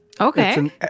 Okay